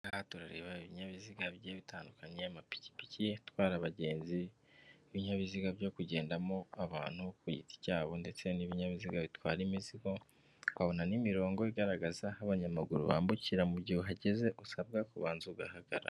Turareba ibinyabiziga bigiye bitandukanye, amapikipiki atwara abagenzi, ibinyabiziga byo kugendamo abantu ku giti cyabo, ndetse n'ibinyabiziga bitwara imizigo. Tukabona n'imirongo igaragaza aho abanyamaguru bambukira, mu mugihe uhageze usabwa kubanza ugahagarara.